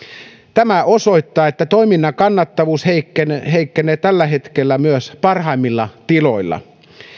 tämä osoittaa että toiminnan kannattavuus heikkenee heikkenee tällä hetkellä myös parhaimmilla tiloilla